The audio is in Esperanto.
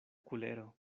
kulero